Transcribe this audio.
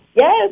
Yes